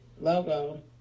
logo